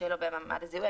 שלא במעמד הזיהוי.